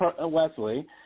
Wesley